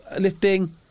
Lifting